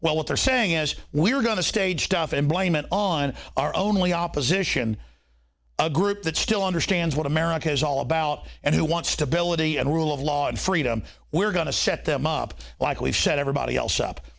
well what they're saying is we're going to stage stuff and blame it on our only opposition a group that still understands what america's all about and who wants to build and rule of law and freedom we're going to set them up likely set everybody else up